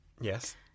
Yes